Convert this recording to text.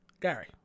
Gary